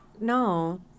No